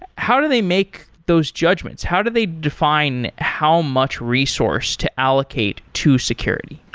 how do they make those judgments? how do they define how much resource to allocate to security?